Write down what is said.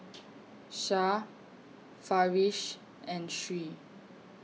Shah Farish and Sri